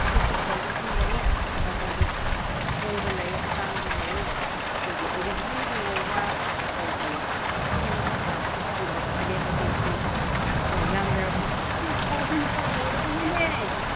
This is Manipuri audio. ꯑꯁꯤꯁꯨ ꯀ꯭ꯋꯥꯂꯤꯇꯤ ꯂꯩ ꯃꯃꯟ ꯑꯍꯣꯡꯕ ꯂꯩ ꯑꯇꯥꯡꯕ ꯂꯩ ꯑꯩꯈꯣꯏꯒꯤ ꯑꯣꯔꯤꯖꯤꯅꯦꯜꯒꯤ ꯑꯣꯏꯕ ꯑꯩꯈꯣꯏꯒꯤ ꯈ꯭ꯋꯥꯡꯗ ꯁꯥꯕ ꯑꯗꯨꯒꯨꯝꯕ ꯐꯅꯦꯛ ꯑꯗꯨꯗꯤ ꯀꯣ ꯌꯥꯝꯗ꯭ꯔꯕꯗ ꯐꯤꯐꯇꯤꯟ ꯊꯥꯎꯖꯟ ꯐꯥꯎ ꯌꯧꯔꯕꯅꯤꯅꯦ